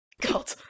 God